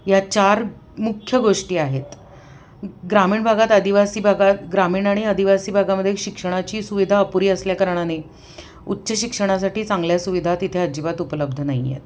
या चार मुख्य गोष्टी आहेत ग्रामीण भागात आदिवासी भागात ग्रामीण आणि आदिवासी भागामध्ये शिक्षणाची सुविधा अपुरी असल्याकारणाने उच्च शिक्षणासाठी चांगल्या सुविधा तिथे अजिबात उपलब्ध नाही आहेत